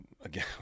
again